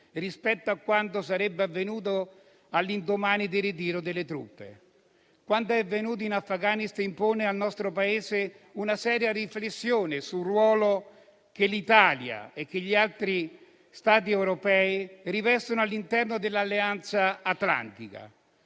rispetto a quanto sarebbe avvenuto all'indomani del ritiro delle truppe. Quanto è avvenuto in Afghanistan impone al nostro Paese una seria riflessione sul ruolo che l'Italia e gli altri Stati europei rivestono all'interno dell'Alleanza atlantica.